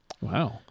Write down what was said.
Wow